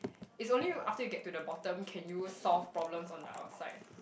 it's only after you get to the bottom can you solve problem on the outside